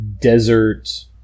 desert